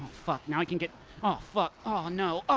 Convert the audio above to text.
fuck. now i can get oh, fuck, oh no,